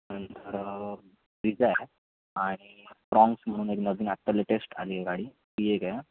नंतर आणि स्ट्रॉन्ग्स म्हणून एक नवीन आत्ता लेटेस्ट आली आहे गाडी ती एक आहे